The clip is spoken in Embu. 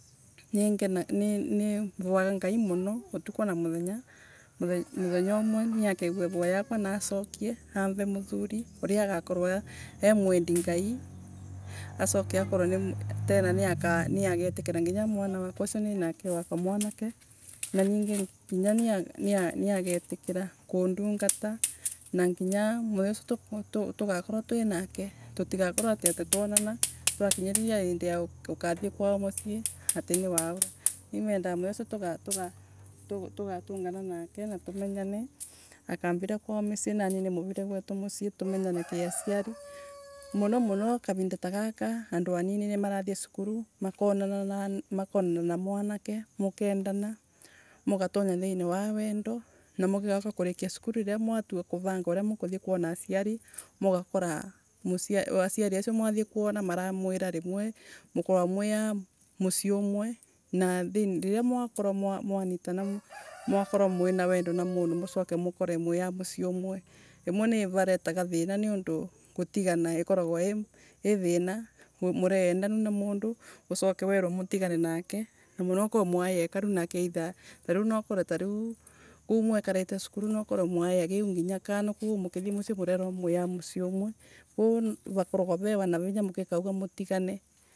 Ni ngecaga ni ni mvoaga ngaimuno utuku na muthenya muthenya umwe niakegua ivoya riakwa na acokie amve muthuri, uia agakorwo e mwendi Ngai, acoke akorwetena niagetekera mwana wakwa uria ninake wa kamwanake. Nginya niagetikira kundungata na nginya muthenya ucio tugakorwa twi nake tutigakorwe ati tukionana twakinya vau indi ya gukathie mucii ati ni waura. Ni mendaga muthenya ucio tugatungana nake na tumenyane akamvira kwao mucii nanie ngamurira gwetu nucii tumenyane ki aciari. Muno muno kavinda ta gaka andu anini nimarathie cukuru, makonana na mwanake, mukendana, ria magatonya thiini wa wendo, na mugigauka kurikia cukuru riria mwatua kuvanga uria mukuthie kwona aciari. Mugakara aciari acio mwathie kwona makamwira rimwe aria mwathie kuona, rimwe aria mwathie kuona, rimwe mukoragwa mwi a mucii umwe na thiini riria mwanyitana mwakorwo mwina wendo na mundu mukorwe mwi a mucii umwe rimwe nivarataga thiina nondu gutigana ikoragwai thiina. Mureendanu na mundu ucoke wirue mutigane nake na muno nookorwe mwai ekarunake either nookorwe tariu nookorwe tariu kuu mwekarite cukuru nokorwe mwatagiu nginyakana koguo mukithie mucii murerwa mwi a mucii umwe riu ugakoraga ve wanavinya gutigana.